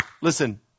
listen